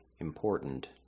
important